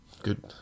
Good